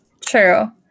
true